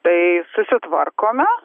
tai susitvarkome